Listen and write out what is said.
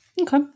Okay